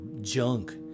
junk